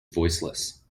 voiceless